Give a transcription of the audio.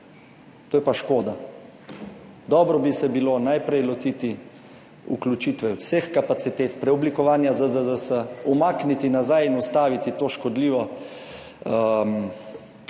To je pa škoda. Dobro bi se bilo najprej lotiti vključitve vseh kapacitet, preoblikovanja ZZZS, umakniti nazaj in ustaviti to škodljivo, kako bi temu